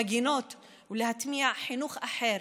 בגינות, ולהטמיע חינוך אחר,